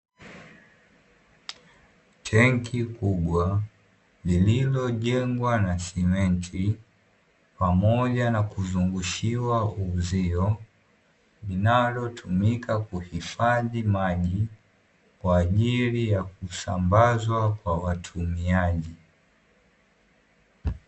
Tenki kubwa lililojengwa na simenti pamoja na kuzungushiwa uzio, linalo tumika kuhifadhi maji kwa ajili ya kusambazwa kwa watumiaji.